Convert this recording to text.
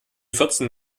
vierzehn